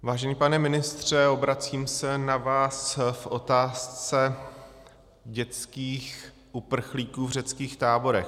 Vážený pane ministře, obracím se na vás v otázce dětských uprchlíků v řeckých táborech.